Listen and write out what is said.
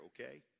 okay